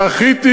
זכיתי,